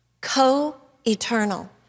co-eternal